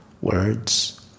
words